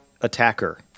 attacker